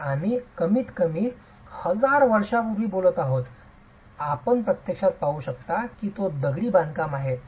तर आम्ही कमीतकमी हजार वर्षांपूर्वी बोलत आहोत आपण प्रत्यक्षात पाहू शकता की तो दगडी बांधकाम आहे